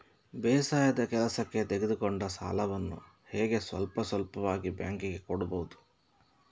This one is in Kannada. ಬೇಸಾಯದ ಕೆಲಸಕ್ಕೆ ತೆಗೆದುಕೊಂಡ ಸಾಲವನ್ನು ಹೇಗೆ ಸ್ವಲ್ಪ ಸ್ವಲ್ಪವಾಗಿ ಬ್ಯಾಂಕ್ ಗೆ ಕೊಡಬಹುದು?